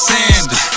Sanders